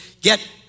get